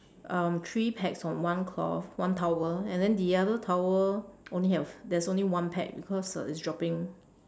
um three pegs on one cloth one towel and then the other towel only have there's only one peg because uh it's dropping